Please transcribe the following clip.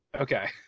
Okay